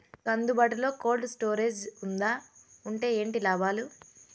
మీకు అందుబాటులో బాటులో కోల్డ్ స్టోరేజ్ జే వుందా వుంటే ఏంటి లాభాలు?